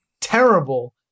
terrible